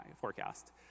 forecast